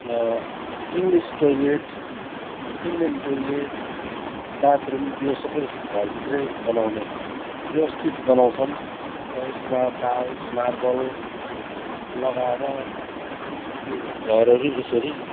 English toilet Indian toilet bathroom यो सबै घरभित्रै बनाउने व्यवस्थित बनाउँछन् र यसमा टाइल्स मार्बल लगाएर यो घरहरू यसरी